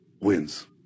wins